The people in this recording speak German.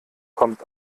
kommt